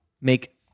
make